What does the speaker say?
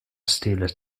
stele